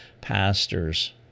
pastors